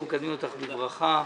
אנחנו מקדמים אותך בברכה.